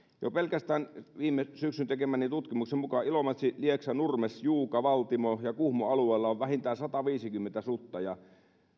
jo pelkästään viime syksynä tekemäni tutkimuksen mukaan ilomantsin lieksan nurmeksen juuan valtimon ja kuhmon alueella on vähintään sataviisikymmentä sutta ja